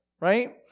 right